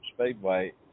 Speedway